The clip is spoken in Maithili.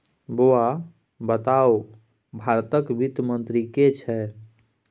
बौआ बताउ भारतक वित्त मंत्री के छै?